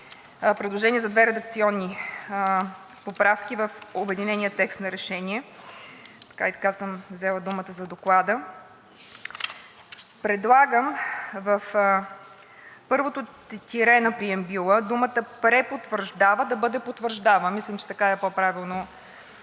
предложения за две редакционни поправки в обединения текст на Решението, така и така съм взела думата за Доклада. Предлагам в първото тире на преамбюла думата „препотвърждава“ да бъде „потвърждава“. Мисля, че така е по правилно